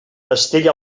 estella